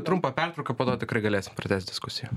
trumpą pertrauką po to tikrai galėsim pratęst diskusiją